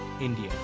India